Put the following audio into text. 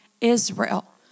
Israel